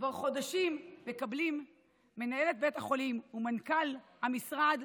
כבר חודשים מקבלים מנהלת בית החולים ומנכ"ל המשרד